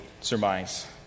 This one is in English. surmise